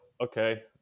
Okay